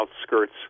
outskirts